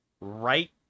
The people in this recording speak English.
Right